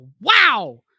Wow